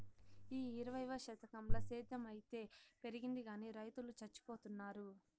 ఈ ఇరవైవ శతకంల సేద్ధం అయితే పెరిగింది గానీ రైతులు చచ్చిపోతున్నారు